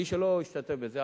מי שלא השתתף בזה,